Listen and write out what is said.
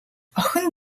охин